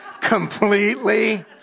completely